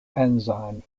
enzyme